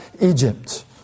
Egypt